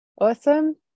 Awesome